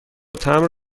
تمبر